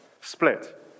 split